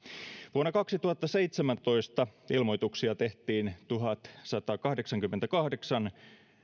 vuonna kaksituhattaseitsemäntoista ilmoituksia tehtiin tuhatsatakahdeksankymmentäkahdeksan